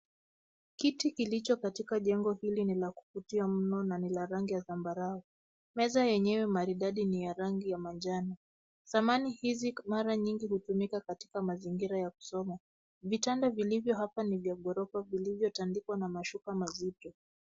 Kiti kilicho katika jengo hili ni la kuvutia mno na ni la rangi ya zambarau. Meza yenyewe maridadi ni ya rangi ya manjano. Samani hizi mara nyingi hutumika katika mazingira ya kusoma. Vitanda vilivyo hapa ni vya ghorofa vilivyotandikwa na mashuka mazito.